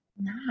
No